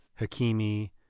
Hakimi